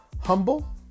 humble